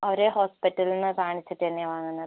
ഒരേ ഹോസ്പിറ്റലിൽ നിന്ന് കാണിച്ചിട്ട് തന്നെയാണ് വാങ്ങുന്നത്